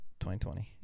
2020